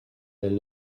elle